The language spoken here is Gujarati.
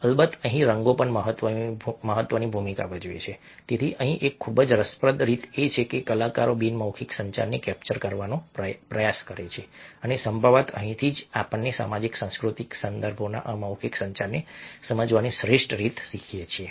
અલબત્ત અહીં રંગો પણ મહત્વની ભૂમિકા ભજવે છે તેથી અહીં એક ખૂબ જ રસપ્રદ રીત છે કે કલાકારો બિનમૌખિક સંચારને કેપ્ચર કરવાનો પ્રયાસ કરે છે અને સંભવતઃ અહીંથી જ આપણે સામાજિક સાંસ્કૃતિક સંદર્ભોમાં અમૌખિક સંચારને સમજવાની શ્રેષ્ઠ રીત શીખીએ છીએ